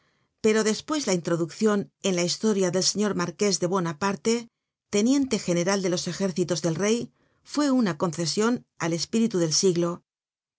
pero despues la introduccion en la historia del señor marqués de buonaparte teniente general de los ejércitos del rey fue una'concesion al espíritu del siglo